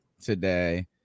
today